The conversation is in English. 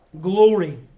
glory